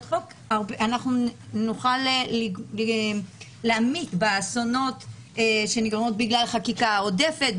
חוק אנחנו נוכל להמעיט באסונות שנגרמות בגלל חקיקה עודפת,